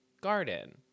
garden